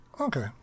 Okay